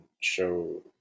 show